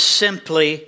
simply